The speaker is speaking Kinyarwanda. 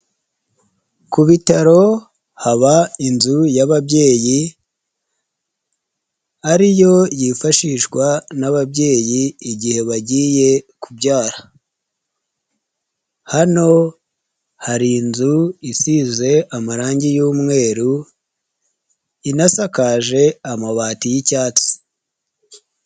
Ku bitaro haba inzu y'ababyeyi ariyo yifashishwa n'ababyeyi gihe bagiye kubayara, hano hari inzu isize amarangi y'umweru inasakaje amabati y'icyatsi.